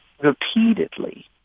repeatedly